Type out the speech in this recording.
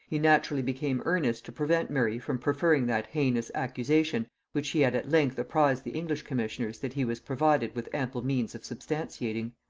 he naturally became earnest to prevent murray from preferring that heinous accusation which he had at length apprized the english commissioners that he was provided with ample means of substantiating.